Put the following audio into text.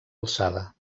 alçada